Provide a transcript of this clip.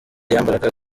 yambaraga